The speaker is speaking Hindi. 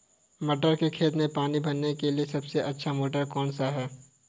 मटर के खेत में पानी भरने के लिए सबसे अच्छा मोटर कौन सा है?